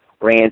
ran